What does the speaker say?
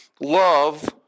love